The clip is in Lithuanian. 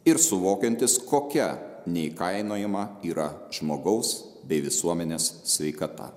ir suvokiantys kokia neįkainojama yra žmogaus bei visuomenės sveikata